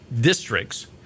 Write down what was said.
districts